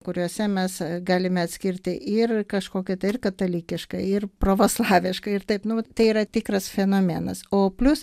kuriose mes galime atskirti ir kažkokią tai ir katalikišką ir pravoslavišką ir taip nu vat tai yra tikras fenomenas o plius